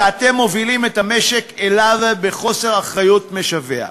שאתם מובילים את המשק אליו בחוסר אחריות משווע.